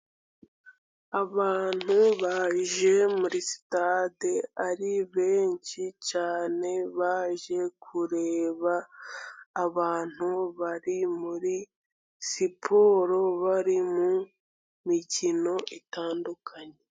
Abantu baje muri sitade ari benshi cyane, baje kureba abantu bari muri siporo, bari mu mikino itandukanye.